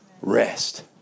rest